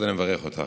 אז אני מברך אותך.